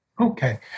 Okay